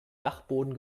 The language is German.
dachboden